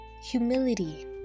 humility